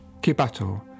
Kibato